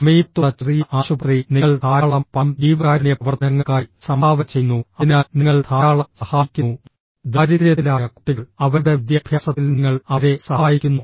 സമീപത്തുള്ള ചെറിയ ആശുപത്രി നിങ്ങൾ ധാരാളം പണം ജീവകാരുണ്യ പ്രവർത്തനങ്ങൾക്കായി സംഭാവന ചെയ്യുന്നു അതിനാൽ നിങ്ങൾ ധാരാളം സഹായിക്കുന്നു ദാരിദ്ര്യത്തിലായ കുട്ടികൾ അവരുടെ വിദ്യാഭ്യാസത്തിൽ നിങ്ങൾ അവരെ സഹായിക്കുന്നു